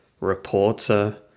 reporter